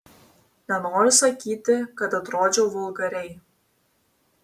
nenoriu sakyti kad atrodžiau vulgariai